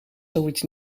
zoiets